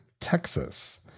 Texas